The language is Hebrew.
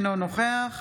אינו נוכח